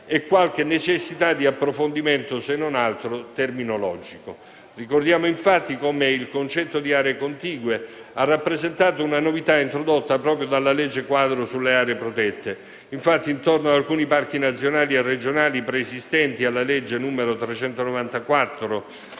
e necessità di approfondimento, se non altro terminologico. Ricordiamo, infatti, come il concetto di aree contigue abbia rappresentato una novità introdotta proprio dalla legge quadro sulle aree protette. Infatti, attorno ad alcuni parchi nazionali e regionali preesistenti alla legge n. 394